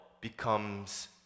becomes